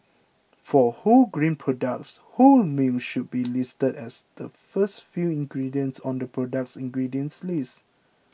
for wholegrain products whole grain should be listed as the first few ingredients on the product's ingredients list